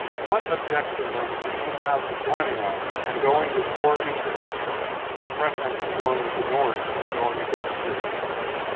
what objection, then, can you have to joining us and going with your interests in preference to going with the north and going against your interest?